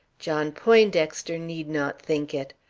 john poindexter need not think it!